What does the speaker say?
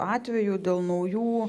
atvejų dėl naujų